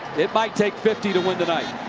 it might take fifty to win tonight.